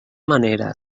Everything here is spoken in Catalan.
manera